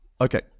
Okay